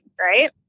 right